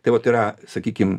tai vat yra sakykim